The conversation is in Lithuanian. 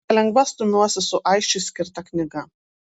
palengva stumiuosi su aisčiui skirta knyga